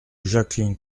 jacqueline